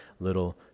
little